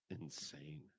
insane